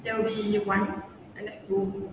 there will be new one I let go